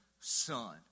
son